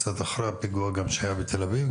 קצת אחרי הפיגוע שהיה בתל אביב,